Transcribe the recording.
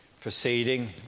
proceeding